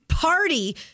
Party